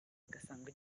bagasanga